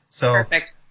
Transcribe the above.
Perfect